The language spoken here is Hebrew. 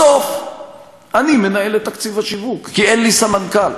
בסוף אני מנהל את תקציב השיווק, כי אין לי סמנכ"ל.